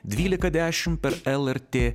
dvylika dešim per el er tė